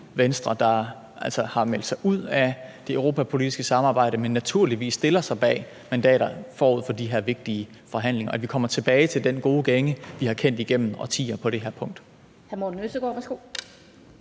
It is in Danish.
Venstre, der har meldt sig ud af det europapolitiske samarbejde, men naturligvis stiller sig bag mandaterne forud for de her vigtige forhandlinger, og at vi kommer tilbage til den gode gænge, vi har kendt igennem årtier på det her punkt.